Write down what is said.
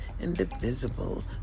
indivisible